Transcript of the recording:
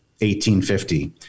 1850